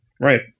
Right